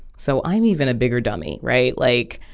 so i'm even a bigger dummy, right? like,